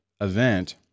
event